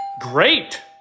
Great